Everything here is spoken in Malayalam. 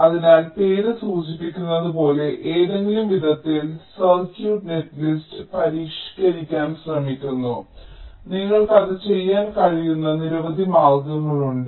അതിനാൽ പേര് സൂചിപ്പിക്കുന്നത് പോലെ ഏതെങ്കിലും വിധത്തിൽ സർക്യൂട്ട് നെറ്റ്ലിസ്റ്റ് പരിഷ്ക്കരിക്കാൻ ശ്രമിക്കുന്നു നിങ്ങൾക്ക് അത് ചെയ്യാൻ കഴിയുന്ന നിരവധി മാർഗങ്ങളുണ്ട്